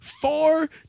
Four